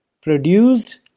produced